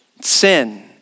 sin